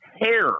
hair